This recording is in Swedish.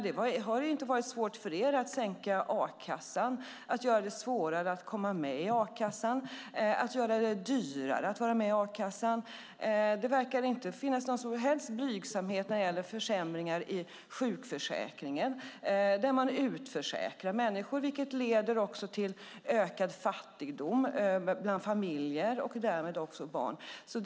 Det har inte varit svårt för er att sänka a-kassan, att göra det svårare att komma med i a-kassan, att göra det dyrare att vara med i a-kassan. Det verkar inte finnas någon som helst blygsamhet när det gäller försämringar i sjukförsäkringen där människor utförsäkras. Det leder till ökad fattigdom bland familjer och därmed också bland barn.